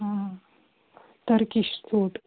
آ Turkish suit